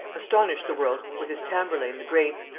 astonished the world with his tamburlain the great,